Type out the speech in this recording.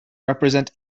represent